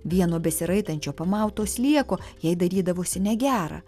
vieno besiraitančio pamauto slieko jai darydavosi negera